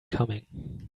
coming